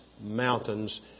mountains